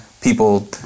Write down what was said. people